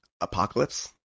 Apocalypse